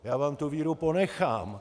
Já vám tu víru ponechám.